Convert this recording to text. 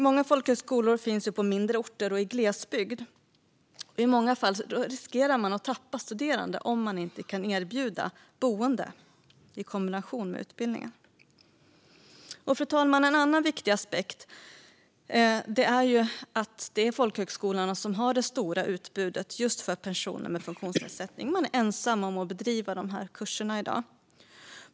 Många folkhögskolor finns på mindre orter och i glesbygd, och i många fall riskerar man att tappa studerande om man inte kan erbjuda boende i kombination med utbildningen. Fru talman! En annan viktig aspekt är att det är folkhögskolorna som har det stora utbudet just för personer med funktionsnedsättning. De är ensamma om att bedriva de här kurserna i dag.